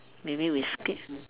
maybe we skip